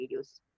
videos